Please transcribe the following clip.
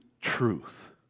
truth